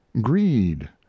greed